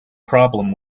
problem